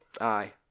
aye